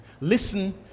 listen